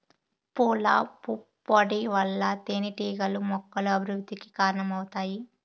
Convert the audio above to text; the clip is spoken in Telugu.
పూల పుప్పొడి వల్ల తేనెటీగలు మొక్కల అభివృద్ధికి కారణమవుతాయి